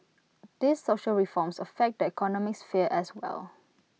these social reforms affect that economic sphere as well